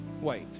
wait